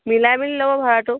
মিলাই মিলি ল'ব ভাড়াটো